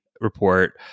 report